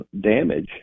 damage